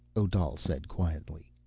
odal said quietly.